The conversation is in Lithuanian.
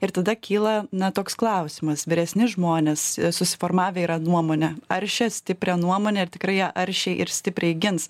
ir tada kyla na toks klausimas vyresni žmonės susiformavę yra nuomonę aršią stiprią nuomonę ir tikrai ją aršiai ir stipriai gins